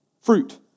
fruit